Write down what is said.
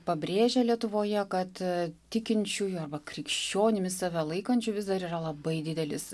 pabrėžia lietuvoje kad tikinčiųjų arba krikščionimis save laikančių vis dar yra labai didelis